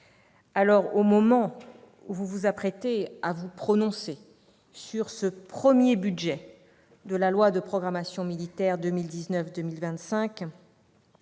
Au moment où vous vous apprêtez à vous prononcer sur ce premier budget de la loi de programmation militaire 2019-2025,